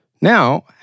now